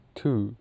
two